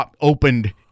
opened